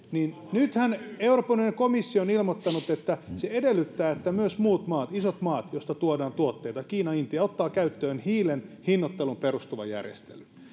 nythän euroopan unionin komissio on ilmoittanut että se edellyttää että myös muut maat isot maat joista tuodaan tuotteita kiina intia ottavat käyttöön hiilen hinnoitteluun perustuvan järjestelyn